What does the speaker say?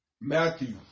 Matthew